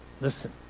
Listen